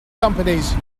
companies